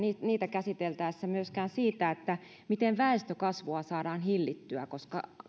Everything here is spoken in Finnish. käsiteltäessä myöskään siitä miten väestönkasvua saadaan hillittyä koska